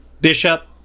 Bishop